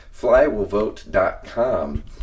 flywillvote.com